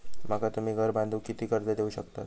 माका तुम्ही घर बांधूक किती कर्ज देवू शकतास?